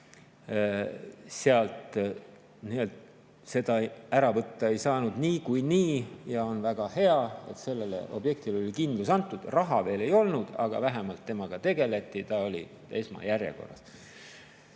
sealt seda ära võtta ei saanud niikuinii. Ja on väga hea, et sellele objektile oli kindlus antud. Raha veel ei olnud, aga vähemalt temaga tegeleti, ta oli esmajärjekorras.